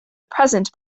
present